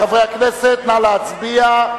חברי הכנסת, נא להצביע.